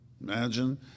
Imagine